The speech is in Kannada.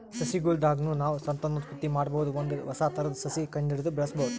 ಸಸಿಗೊಳ್ ದಾಗ್ನು ನಾವ್ ಸಂತಾನೋತ್ಪತ್ತಿ ಮಾಡಬಹುದ್ ಒಂದ್ ಹೊಸ ಥರದ್ ಸಸಿ ಕಂಡಹಿಡದು ಬೆಳ್ಸಬಹುದ್